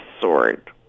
sword